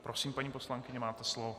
Prosím, paní poslankyně, máte slovo.